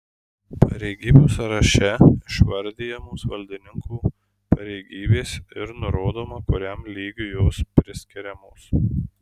pareigybių sąraše išvardijamos valdininkų pareigybės ir nurodoma kuriam lygiui jos priskiriamos